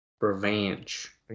Revenge